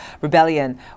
rebellion